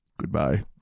Goodbye